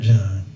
John